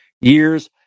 years